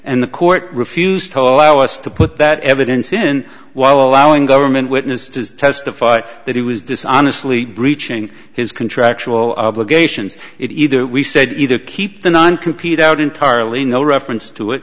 and the court refused to allow us to put that evidence in while allowing a government witness to testify that he was dishonest lee breaching his contractual obligations it either we said either keep the one compete out entirely no reference to it